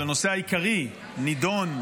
אבל הנושא העיקרי נידון,